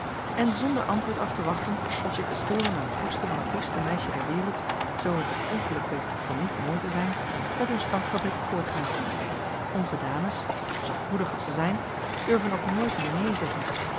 en zonder antwoord af te wachten of zich te storen aan het hoesten van het liefste meisje der wereld zoo t het ongeluk heeft van niet mooi te zijn met hun stankfabriek voortgaan onze dames zachtmoedig als ze zijn durven ook nooit meer neen zeggen